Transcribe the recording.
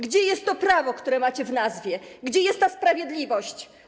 Gdzie jest to prawo, które macie w nazwie, gdzie jest ta sprawiedliwość?